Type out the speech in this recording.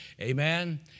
amen